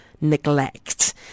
neglect